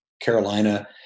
carolina